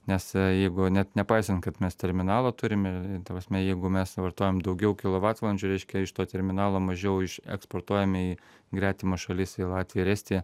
nes jeigu net nepaisant kad mes terminalą turime ta prasme jeigu mes vartojam daugiau kilovatvalandžių reiškia iš to terminalo mažiau eksportuojame į gretimas šalis į latviją ir estiją